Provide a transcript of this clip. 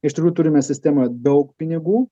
iš tikrųjų turime sistemoje daug pinigų